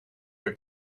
her